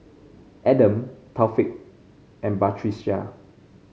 Adam Taufik and Batrisya